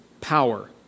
power